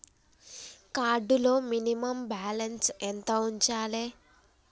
Card లో minimum balance ఎంత ఉంచాలే?